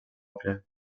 ocre